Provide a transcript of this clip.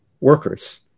Workers